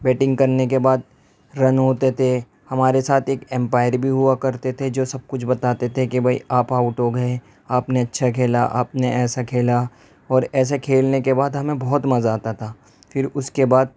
batting کرنے کے بعد رن ہوتے تھے ہمارے ساتھ ایک امپائر بھی ہوا کرتے تھے جو سب کچھ بتاتے تھے کہ بھائی آپ آؤٹ ہو گئے آپ نے اچھا کھیلا آپ نے ایسا کھیلا اور ایسا کھیلنے کے بعد ہمیں بہت مزہ آتا تھا پھر اس کے بعد